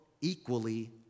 equally